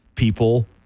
people